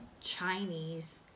Chinese